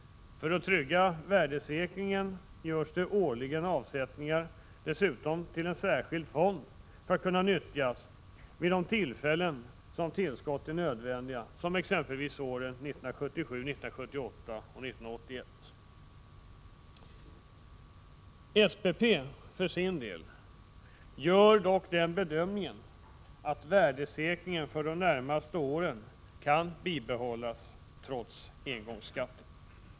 För att trygga värdesäkringen görs dessutom årligen avsättningar till en särskild fond, som skall kunna nyttjas vid de tillfällen då tillskott är nödvändiga, så som exempelvis var fallet under åren 1977, 1978 och 1981. SPP gör för sin del den bedömningen att värdesäkringen för de närmaste åren kan bibehållas trots engångsskatten.